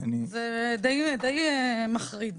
זה די מחריד,